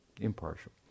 impartial